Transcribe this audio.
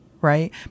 right